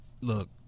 look